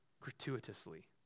Gratuitously